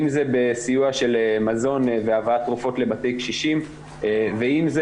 אם זה בסיוע של מזון והבאת תרופות לבתי קשישים ואם זה